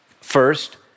First